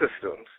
systems